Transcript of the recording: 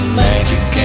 magic